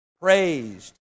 praised